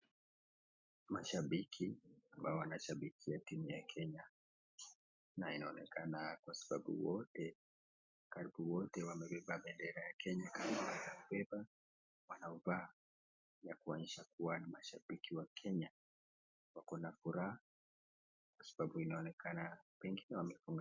Mashabiki wanashabikia timu ya Kenya na inaoekana kwasababu wote karibu wote wamebeba bendera ya Kenya inaonekana ni mashabiki wa Kenya wako kwasababu inaonekana wengi.